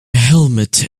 helmet